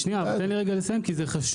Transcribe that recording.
אבל תן לי רגע לסיים כי זה חשוב,